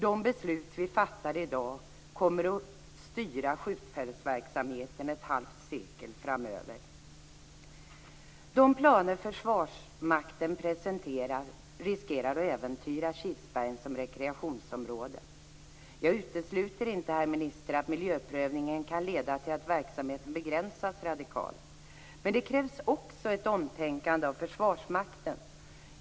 De beslut vi fattar i dag kommer att styra skjutfältsverksamheten ett halvt sekel framöver. De planer Försvarsmakten presenterar riskerar att äventyra Kilsbergen som rekreationsområde. Jag utesluter inte, herr minister, att miljöprövningen kan leda till att verksamheten begränsas radikalt. Men det krävs också ett omtänkande av Försvarsmakten.